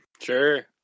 sure